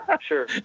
sure